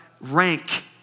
rank